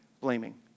blaming